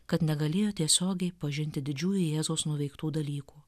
kad negalėjo tiesiogiai pažinti didžiųjų jėzaus nuveiktų dalykų